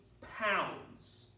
pounds